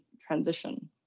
transition